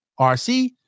RC